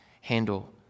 handle